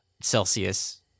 Celsius